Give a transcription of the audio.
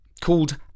called